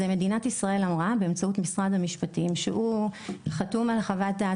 זה מדינת ישראל אמרה באמצעות משרד המשפטים שהוא חתום על חוות הדעת,